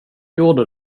gjorde